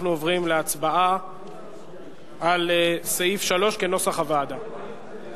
אנחנו עוברים להצבעה על סעיף 3 כנוסח הוועדה.